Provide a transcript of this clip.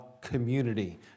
community